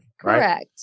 Correct